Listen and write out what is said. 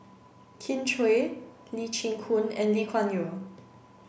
Kin Chui Lee Chin Koon and Lee Kuan Yew